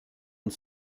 und